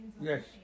Yes